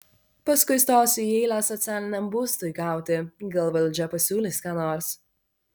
paskui stosiu į eilę socialiniam būstui gauti gal valdžia pasiūlys ką nors